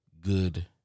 good